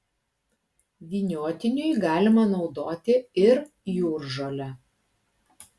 vyniotiniui galima naudoti ir jūržolę